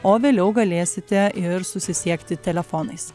o vėliau galėsite ir susisiekti telefonais